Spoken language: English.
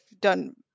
done